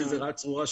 שזו צרה צרורה,